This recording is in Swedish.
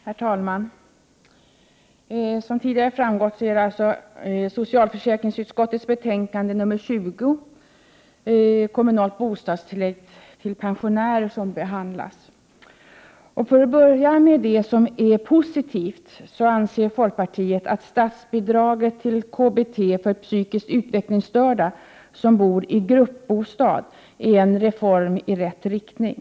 Herr talman! Som tidigare framgått behandlar vi socialförsäkringsutskottets betänkande nr 20 om kommunalt bostadstillägg till pensionärer. För att börja med det som är positivt anser folkpartiet att statsbidraget till KBT för psykiskt utvecklingsstörda som bor i gruppbostad är en reform i rätt riktning.